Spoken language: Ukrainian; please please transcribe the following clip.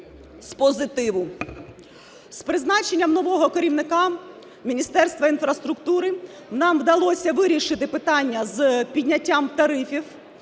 З призначенням нового керівника Міністерства інфраструктури нам вдалося вирішити питання з підняттям тарифів